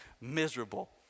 miserable